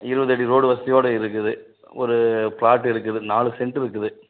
இருபது அடி ரோடு வசதியோடய இருக்குது ஒரு ப்ளாட் இருக்குது நாலு செண்ட்டு இருக்குது